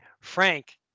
Frank